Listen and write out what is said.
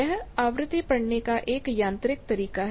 यह आवृत्ति पढ़ने का एक यांत्रिक तरीका है